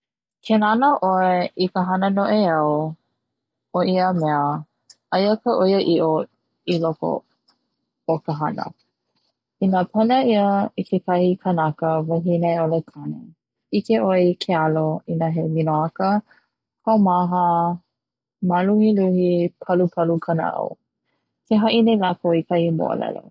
Ke nana ʻoe i ka hana noʻeau o ia mea aia ka ʻoiaiʻo i loko o ka hana, ina pena ʻia kekahi kanaka wahine aiʻole kane ʻike ʻoe ke ʻalo he minoʻaka, kaumaha maluhiluhi, palupalu ka naʻau ke haʻi nei lakou i kahi moʻolelo.